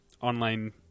online